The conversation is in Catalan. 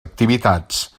activitats